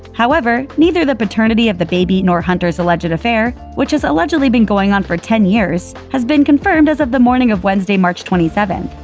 however, neither the paternity of the baby nor hunter's alleged affair, which has allegedly been going on for ten years, has been confirmed as of the morning of wednesday, march twenty seventh.